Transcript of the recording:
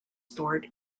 stored